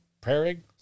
praying